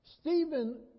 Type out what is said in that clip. Stephen